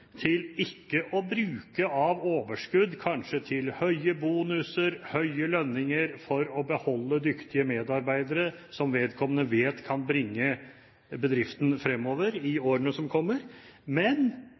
til ikke å bruke av overskudd kanskje til høye bonuser og høye lønninger for å beholde dyktige medarbeidere som vedkommende vet kan bringe bedriften fremover i